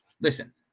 listen